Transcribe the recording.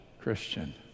Christian